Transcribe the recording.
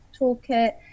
Toolkit